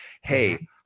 hey